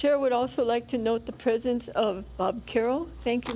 chair would also like to note the presence of bob carroll thank you